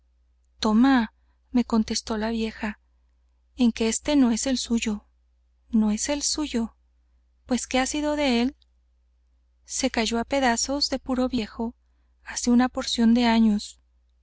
toma me contestó la vieja en que ese no es el suyo no es el suyo pues que ha sido de él se cayó á pedazos de puro viejo hace una porción de años